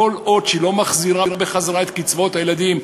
כל עוד היא לא מחזירה את קצבאות הילדים,